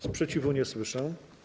Sprzeciwu nie słyszę.